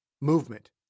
Movement